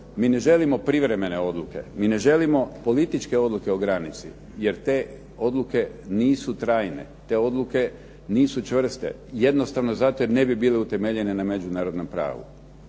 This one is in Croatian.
Mi ne želimo privremene odluke, mi ne želimo političke odluke o granici, jer te odluke nisu trajne, te odluke nisu čvrste, jednostavno zato jer ne bi bile utemeljene na međunarodnom pravu.